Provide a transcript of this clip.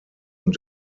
und